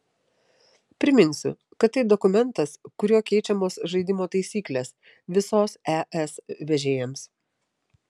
priminsiu kad tai dokumentas kuriuo keičiamos žaidimo taisyklės visos es vežėjams